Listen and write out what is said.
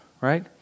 right